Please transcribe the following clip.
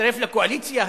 תצטרף לקואליציה?